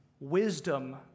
Wisdom